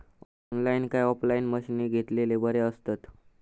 Online काय offline मशीनी घेतलेले बरे आसतात?